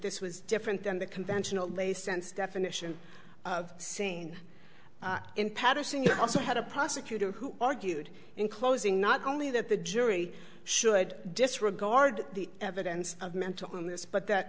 this was different than the conventional a sense definition of sane in paterson you also had a prosecutor who argued in closing not only that the jury should disregard the evidence of mental illness but that